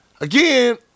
Again